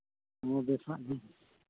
ᱦᱚᱸ ᱵᱮᱥᱟᱜ ᱜᱮ